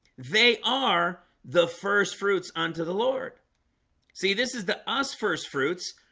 they are the first fruits unto the lord see, this is the us first fruits.